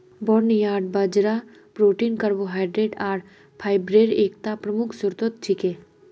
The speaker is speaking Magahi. बार्नयार्ड बाजरा प्रोटीन कार्बोहाइड्रेट आर फाईब्रेर एकता प्रमुख स्रोत छिके